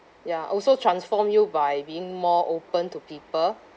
ya also transform you by being more open to people